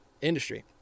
industry